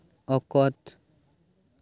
ᱚᱠᱚᱛ